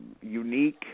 unique